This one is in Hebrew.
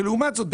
ולעומת זאת,